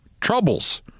troubles